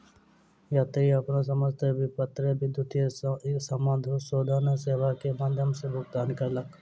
यात्री अपन समस्त विपत्र विद्युतीय समाशोधन सेवा के माध्यम सॅ भुगतान कयलक